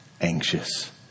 anxious